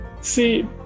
See